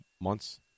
months